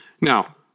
Now